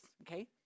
okay